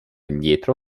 indietro